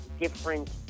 different